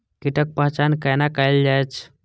कीटक पहचान कैना कायल जैछ?